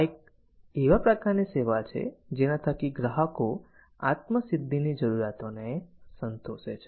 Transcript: આ એવા પ્રકાર ની સેવા છે જેના થકી ગ્રાહકો આત્મ સિદ્ધિ ની જરૂરિયાત સંતોષી શકે છે